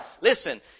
Listen